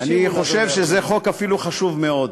אני חושב שזה אפילו חוק חשוב מאוד.